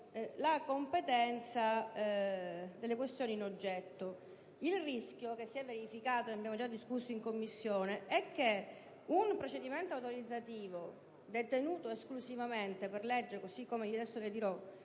la competenza delle questioni in oggetto. Il rischio che si è verificato - ne abbiamo già discusso in Commissione - è che un procedimento autorizzativo, detenuto esclusivamente per legge, così come adesso dirò,